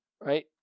right